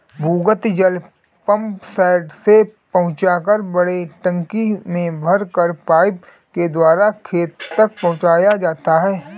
भूमिगत जल पम्पसेट से पहुँचाकर बड़े टंकी में भरकर पाइप के द्वारा खेत तक पहुँचाया जाता है